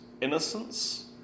innocence